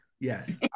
Yes